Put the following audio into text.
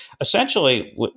Essentially